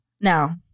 now